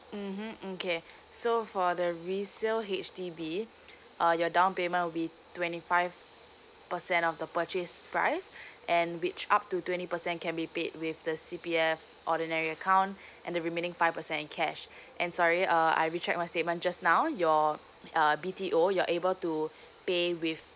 mmhmm okay so for the resale H_D_B uh your down payment will be twenty five percent of the purchase price and which up to twenty percent can be paid with the C P F ordinary account and the remaining five percent cash and sorry uh I recheck my statement just now your uh B T O you're able to pay with